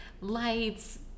lights